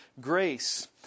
grace